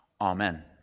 Amen